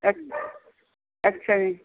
ਅੱ ਅੱਛਾ ਜੀ